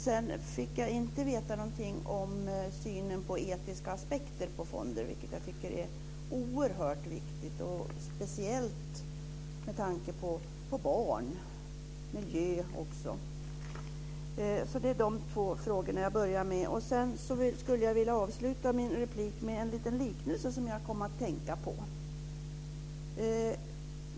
Jag fick inte veta någonting om synen på etiska aspekter på fonder, vilket jag tycker är oerhört viktigt speciellt med tanke på barn och miljö. Jag skulle vilja avsluta min replik med en liknelse jag kom att tänka på.